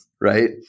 right